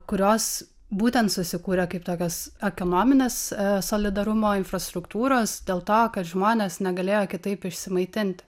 kurios būtent susikūrė kaip tokios ekonominės solidarumo infrastruktūros dėl to kad žmonės negalėjo kitaip išsimaitinti